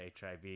HIV